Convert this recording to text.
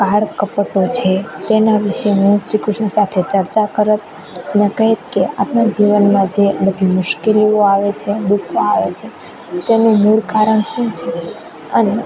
પહાડ કપટો છે તેના વિશે હું શ્રી કૃષ્ણ સાથે ચર્ચા કરત અને કહેત કે આપણાં જીવનમાં જે બધી મુશ્કેલીઓ આવે છે દુઃખો આવે છે તેનું મૂળ કારણ શું છે અને